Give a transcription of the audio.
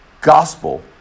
gospel